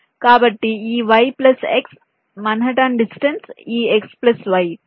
కాబట్టి ఈ y plus x Manhattan distance ఈ x ప్లస్ y